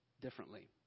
differently